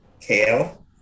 kale